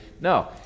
No